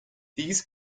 these